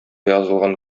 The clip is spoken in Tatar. язылган